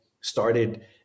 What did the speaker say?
started